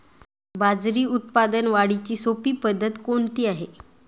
बाजरी उत्पादन वाढीची सोपी पद्धत कोणती आहे?